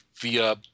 via